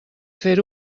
fer